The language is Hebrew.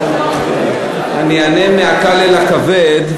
אני אענה מהקל אל הכבד.